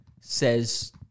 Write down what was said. says